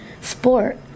sport